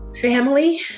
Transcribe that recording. family